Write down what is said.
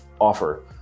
offer